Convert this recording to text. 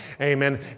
Amen